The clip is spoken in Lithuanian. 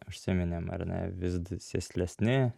užsiminėm ar ne vis sėslesni